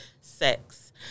Sex